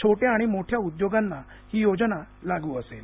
छोट्या आणि मोठ्या उद्योगांना ही योजना लागू असेल